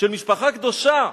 של משפחה קדושה.